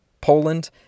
Poland